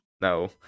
No